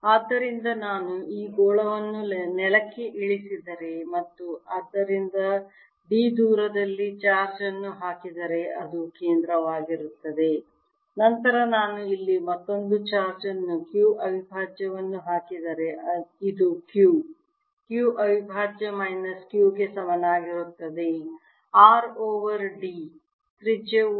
ಆದ್ದರಿಂದ ನಾನು ಈ ಗೋಳವನ್ನು ನೆಲಕ್ಕೆ ಇಳಿಸಿದರೆ ಮತ್ತು ಅದರಿಂದ d ದೂರದಲ್ಲಿ ಚಾರ್ಜ್ ಅನ್ನು ಹಾಕಿದರೆ ಅದು ಕೇಂದ್ರವಾಗಿರುತ್ತದೆ ನಂತರ ನಾನು ಇಲ್ಲಿ ಮತ್ತೊಂದು ಚಾರ್ಜ್ ಅನ್ನು q ಅವಿಭಾಜ್ಯವನ್ನು ಹಾಕಿದರೆ ಇದು q q ಅವಿಭಾಜ್ಯ ಮೈನಸ್ q ಗೆ ಸಮಾನವಾಗಿರುತ್ತದೆ R over d q q ತ್ರಿಜ್ಯವು R